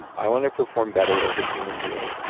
i want to perform better as a human being.